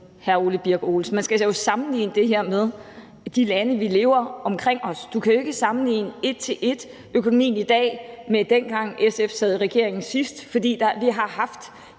hr. Ole Birk Olesen, med de lande, der er omkring os. Du kan jo ikke sammenligne en til en økonomien i dag med, dengang SF sad i regering sidst, for vi har en